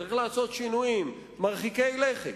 צריך לעשות שינויים מרחיקי לכת,